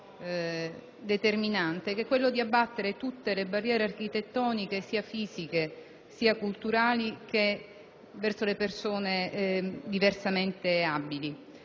determinante: quello di abbattere tutte le barriere architettoniche, sia fisiche sia culturali, verso le persone diversamente abili.